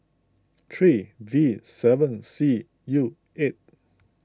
three V seven C U eight